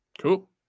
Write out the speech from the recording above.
Cool